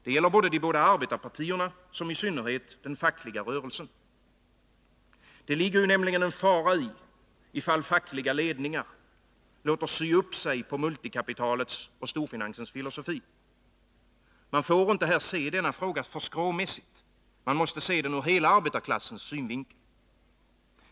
Det gäller båda arbetarpartierna och i synnerhet den fackliga rörelsen. Det föreligger nämligen en fara ifall fackliga ledningar låter sy upp sig på multikapitalets och storfinansens filosofi. Man får inte se denna fråga för skråmässigt — man måste se den ur hela arbetarklassens synvinkel.